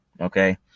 Okay